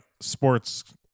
sports